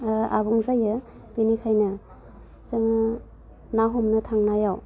आबुं जायो बेनिखायनो जोङो ना हमनो थांनायाव